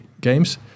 games